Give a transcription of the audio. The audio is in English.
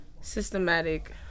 systematic